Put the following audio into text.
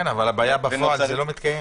אבל בפועל זה לא מתקיים.